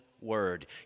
word